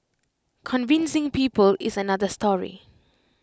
convincing people is another story